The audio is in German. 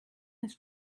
ist